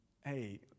Hey